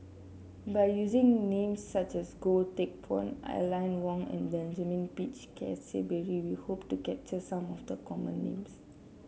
by using names such as Goh Teck Phuan Aline Wong and Benjamin Peach Keasberry we hope to capture some of the common names